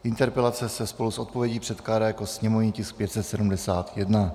Interpelace se spolu s odpovědí předkládá jako sněmovní tisk 571.